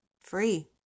free